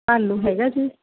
ਭਾਲੂ ਹੈਗਾ ਜੀ